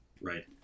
right